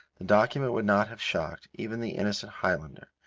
the document would not have shocked even the innocent highlander,